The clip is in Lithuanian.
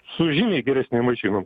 su žymiai geresnėm mašinom